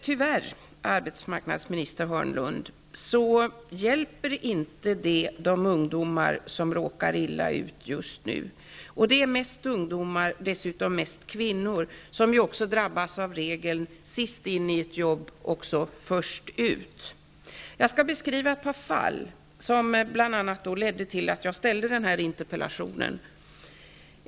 Tyvärr, arbetsmarknadsminister Hörnlund, hjälper det inte de ungdomar som just nu råkar illa ut. Det är nämligen mest ungdomar som gör det och dessutom mest kvinnor, som också drabbas av regeln sist in i ett jobb -- först ut. Jag skall beskriva ett par fall som bl.a. lett till att jag ställt den här interpellationen.